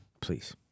Please